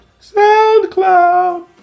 SoundCloud